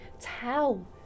tell